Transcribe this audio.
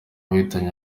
wahitanye